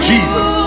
Jesus